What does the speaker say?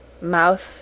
mouth